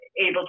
able